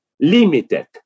limited